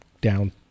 down